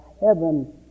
heaven